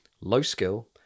low-skill